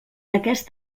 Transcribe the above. aquest